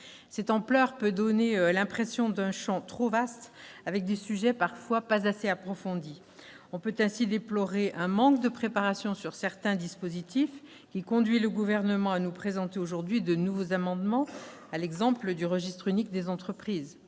telle ampleur peut donner l'impression d'un champ trop vaste, avec des sujets parfois insuffisamment approfondis. On peut ainsi déplorer un manque de préparation sur certains dispositifs, qui conduit le Gouvernement à nous présenter aujourd'hui de nouveaux amendements, à l'exemple du registre unique des entreprises.